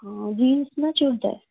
ହଁ ଜିନ୍ସ୍ ନା ଚୁଡ଼ିଦାର୍